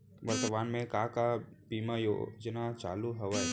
वर्तमान में का का बीमा योजना चालू हवये